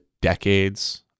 decades